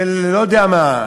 שאני לא יודע מה,